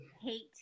hate